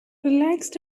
relaxed